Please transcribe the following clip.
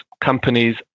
companies